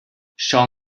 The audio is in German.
schau